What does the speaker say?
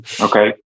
Okay